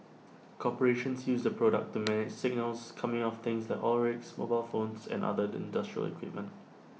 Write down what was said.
corporations use the product to manage signals coming off things like oil rigs mobile phones and other industrial equipment